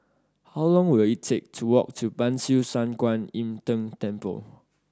how long will it take to walk to Ban Siew San Kuan Im Tng Temple